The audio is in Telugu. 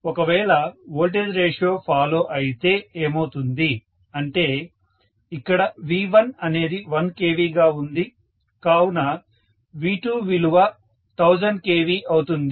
ఒకవేళ వోల్టేజ్ రేషియో ఫాలో అయితే ఏమవుతుంది అంటే ఇక్కడ V1 అనేది 1 kV గా ఉంది కావున V2 విలువ 1000 kV అవుతుంది